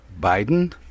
Biden